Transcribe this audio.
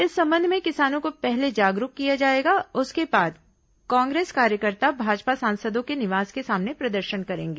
इस संबंध में किसानों को पहले जागरूक किया जाएगा उसके बाद कांग्रेस कार्यकर्ता भाजपा सांसदों के निवास के सामने प्रदर्शन करेंगे